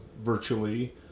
virtually